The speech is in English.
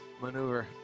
maneuver